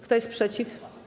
Kto jest przeciw?